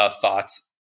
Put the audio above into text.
thoughts